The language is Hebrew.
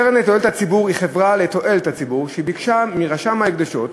קרן לתועלת הציבור היא חברה לתועלת הציבור שביקשה מרשם ההקדשות,